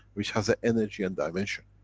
which has an energy and dimension.